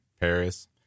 Paris